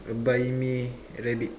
a buy me rabbit